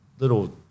little